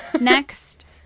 next